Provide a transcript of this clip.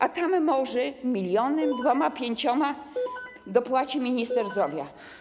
A tam może milionem, dwoma, pięcioma dopłaci minister zdrowia.